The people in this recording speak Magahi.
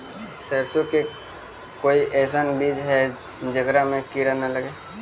सरसों के कोई एइसन बिज है जेकरा में किड़ा न लगे?